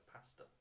pasta